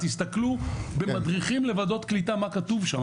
תסתכלו במדריכים לוועדות קליטה מה כתוב שם,